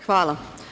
Hvala.